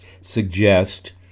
suggest